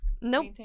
Nope